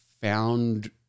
found